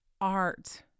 art